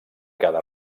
cada